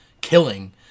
killing